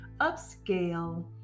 upscale